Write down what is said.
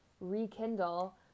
rekindle